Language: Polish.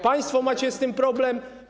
Państwo macie z tym problem.